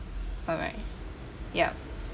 alright ya